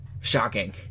Shocking